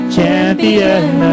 Champion